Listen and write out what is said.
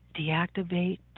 deactivate